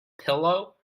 pillow